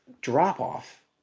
drop-off